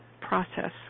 process